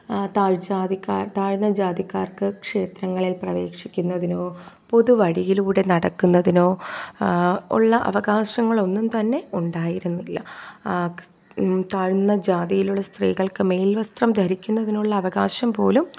താഴ്ന്ന ജാതിക്കാർക്ക് താഴ്ന്ന ജാതിക്കാർക്ക് ക്ഷേത്രങ്ങളിൽ പ്രവേശിക്കുന്നതിനോ പൊതു വഴിയിലൂടെ നടക്കുന്നതിനോ ഉള്ള അവകാശങ്ങൾ ഒന്നും തന്നെ ഉണ്ടായിരുന്നില്ല താഴ്ന്ന ജാതിയിലുള്ള സ്ത്രീകൾക്ക് മേൽ വസ്ത്രം ധരിക്കുന്നതിനുള്ള അവകാശം പോലും